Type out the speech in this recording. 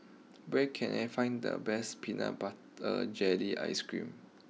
where can I find the best Peanut Butter Jelly Ice cream